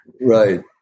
right